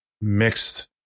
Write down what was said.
mixed